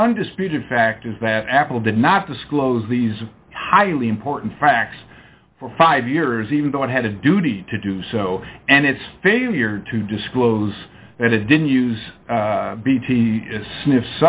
the undisputed fact is that apple did not disclose these highly important facts for five years even though it had a duty to do so and its failure to disclose and it didn't use bt to sniff